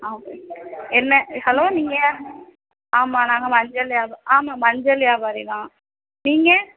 ஆ என்ன ஹலோ நீங்கள் யார் ஆமாம் நாங்கள் மஞ்சள் வியாபா ஆமாம் மஞ்சள் வியாபாரி தான் நீங்க